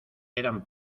eran